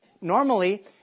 normally